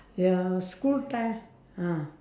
ya school time ah